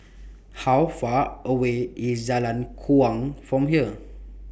How Far away IS Jalan Kuang from here